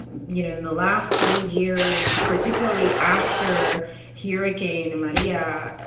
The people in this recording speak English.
you know, in the last three years, particularly after hurricane maria, yeah